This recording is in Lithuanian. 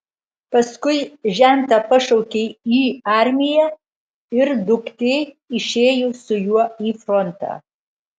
paskui žentą pašaukė į armiją ir duktė išėjo su juo į frontą